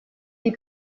die